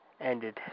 ended